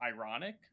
ironic